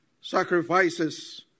sacrifices